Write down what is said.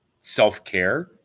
self-care